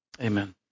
Amen